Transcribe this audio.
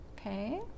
Okay